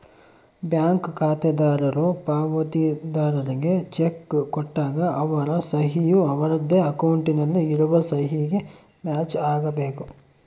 bank ಖಾತೆದಾರರು ಪಾವತಿದಾರ್ರಿಗೆ cheque ಕೊಟ್ಟಾಗ ಅವರ ಸಹಿ ಯು ಅವರದ್ದೇ ಅಕೌಂಟ್ ನಲ್ಲಿ ಇರುವ ಸಹಿಗೆ ಮ್ಯಾಚ್ ಆಗಬೇಕು